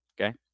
Okay